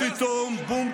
פשוט בושה.